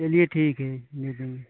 चलिए ठीक है दे देंगे